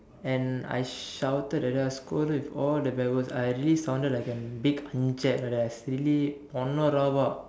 and I shouted at her I scold her with all the bad words I really sounded like a big anjack like that I really பொன்ன:ponna rabak